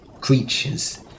creatures